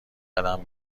قدم